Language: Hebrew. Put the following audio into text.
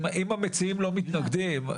אם המציעים לא מתנגדים,